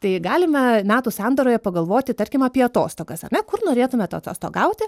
tai galime metų sandūroje pagalvoti tarkim apie atostogas ar ne kur norėtumėt atostogauti